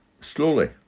slowly